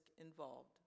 involved